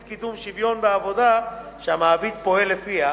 לקידום שוויון בעבודה שמעביד פועל לפיה,